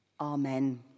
Amen